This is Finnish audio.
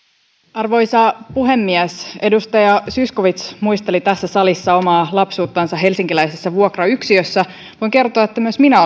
arvoisa puhemies edustaja zyskowicz muisteli tässä salissa omaa lapsuuttansa helsinkiläisessä vuokrayksiössä voin kertoa että myös minä